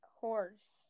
horse